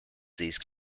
these